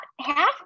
half